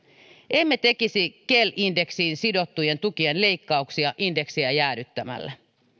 emme tekisi kel indeksiin sidottujen tukien leikkauksia indeksiä jäädyttämällä